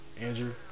Andrew